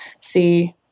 see